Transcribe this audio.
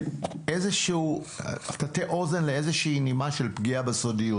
איזשהו אוזן לאיזושהי נימה של פגיעה בסודיות.